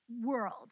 world